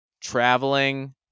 traveling